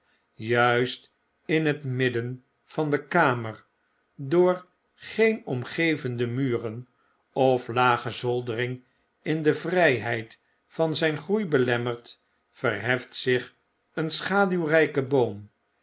juist in het midden van de kamer door geen omgevende muren of lage zoldering in de vrijheid van zn groei belemmerd verheft zich een schaduwrflke boom